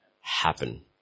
happen